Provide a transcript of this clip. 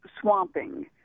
swamping